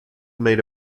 made